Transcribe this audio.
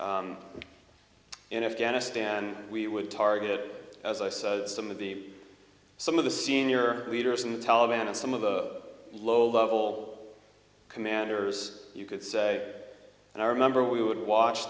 in afghanistan we would target as i say some of the some of the senior leaders in the taliban and some of the low level commanders you could say and i remember we would watch